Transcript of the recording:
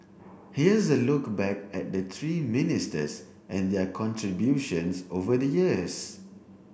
here's a look back at the three ministers and their contributions over the years